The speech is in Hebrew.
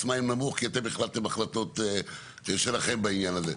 מים נמוך כי אתם החלטתם את ההחלטות שלכם בעניין הזה.